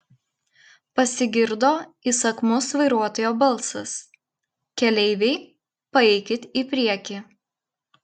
pasigirdo įsakmus vairuotojo balsas keleiviai paeikit į priekį